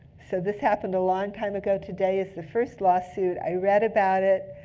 so this happened a long time ago. today is the first lawsuit. i read about it.